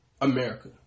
America